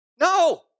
No